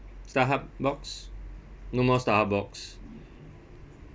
Starhub box no more Starhub box